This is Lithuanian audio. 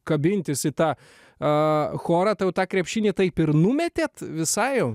kabintis į tą a chorą tai jau tą krepšinį taip ir numetėt visai